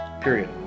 period